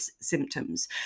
symptoms